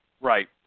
Right